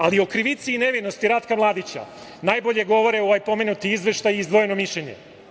Ali, o krivici i nevinosti Ratka Mladića najbolje govore ovaj pomenuti izveštaj i izdvojeno mišljenje.